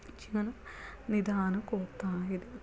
ಜೀವನ ನಿಧಾನಕ್ಕೆ ಹೋಗ್ತಾ ಇದೆ